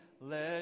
let